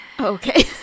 Okay